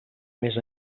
més